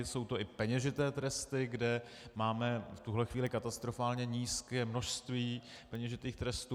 Jsou to i peněžité tresty, kde máme v tuhle chvíli katastrofálně nízké množství peněžitých trestů.